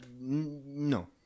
No